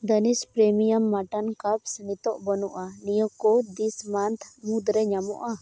Danish premium mutton cubes ᱱᱤᱛᱚᱜ ᱵᱟᱹᱱᱩᱜᱼᱟ ᱱᱤᱭᱟᱹᱠᱚ ᱫᱤᱥ ᱢᱟᱱᱛᱷ ᱢᱩᱫᱽᱨᱮ ᱧᱟᱢᱚᱜᱼᱟ